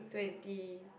twenty